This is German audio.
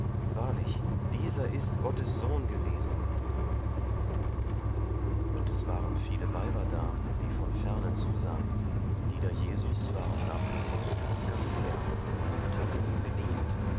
wahrlich dieser ist gottes sohn gewesen und es waren viele weiber da die von ferne zusahen die da jesus waren nachgefolgt aus galiläa und hatten ihm gedient